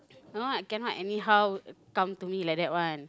cannot cannot anyhow come to me like that one